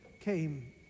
came